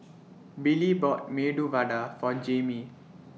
Billie bought Medu Vada For Jamie